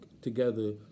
together